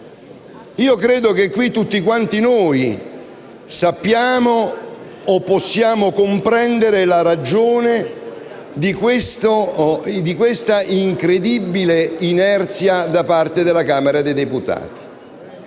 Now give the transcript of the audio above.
Credo che tutti noi sappiamo o possiamo comprendere la ragione di questa incredibile inerzia da parte della Camera dei deputati.